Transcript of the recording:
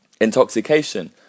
Intoxication